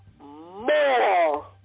more